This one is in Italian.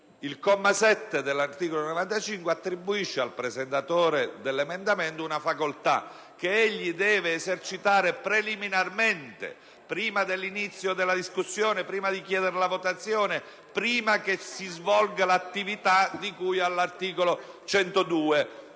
Quest'ultimo attribuisce al presentatore dell'emendamento una facoltà che egli deve esercitare preliminarmente, prima dell'inizio della discussione e di chiedere la votazione, prima che si svolga l'attività di cui all'articolo 102.